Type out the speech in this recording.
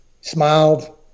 smiled